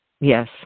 Yes